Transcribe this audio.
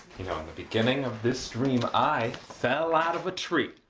you know, in the beginning of this dream, i fell out of a tree.